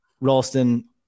Ralston